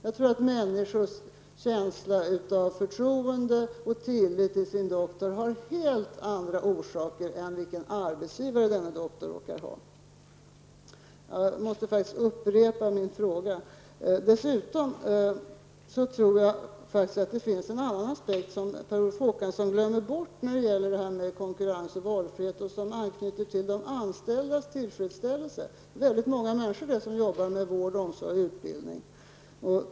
Jag tror att människors känsla av förtroende och tillit till sin doktor har helt andra orsaker än vilken arbetsgivare denne doktor råkar ha. Dessutom tror jag att det finns en annan aspekt som Per Olof Håkansson glömmer bort när det gäller konkurrens och valfrihet. Den anknyter till de anställdas tillfredsställelse. Det är väldigt många människor som arbetar med vård, omsorg och utbildning.